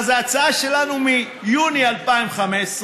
אז ההצעה שלנו היא מיוני 2015,